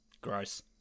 Gross